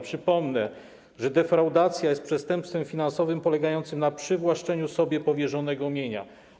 Przypomnę, że defraudacja jest przestępstwem finansowym polegającym na przywłaszczeniu sobie powierzonego mienia.